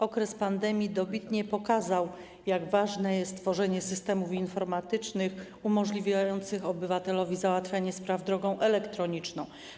Okres pandemii dobitnie pokazał, jak ważne jest tworzenie systemów informatycznych umożliwiających obywatelowi załatwianie spraw drogą elektroniczną.